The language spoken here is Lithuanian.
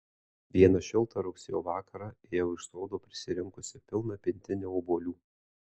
vieną šiltą rugsėjo vakarą ėjau iš sodo prisirinkusi pilną pintinę obuolių